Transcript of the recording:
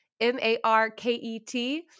M-A-R-K-E-T